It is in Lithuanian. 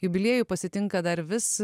jubiliejų pasitinka dar vis